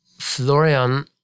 Florian